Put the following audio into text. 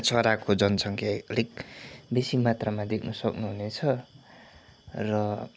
चराको जनसङ्ख्या अलिक बेसी मात्रामा देख्न सक्नुहुनेछ र